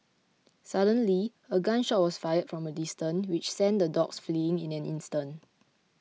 suddenly a gun shot was fired from a distance which sent the dogs fleeing in an instant